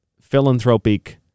philanthropic